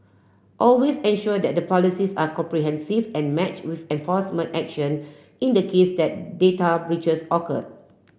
always ensure that the policies are comprehensive and match with enforcement action in the case that data breaches occur